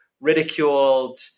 ridiculed